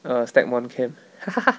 uh stagmont camp